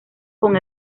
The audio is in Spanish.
con